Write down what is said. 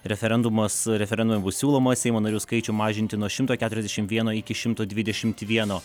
referendumas referendumu bus siūloma seimo narių skaičių mažinti nuo šimto keturiasdešim vieno iki šimto dvidešimt vieno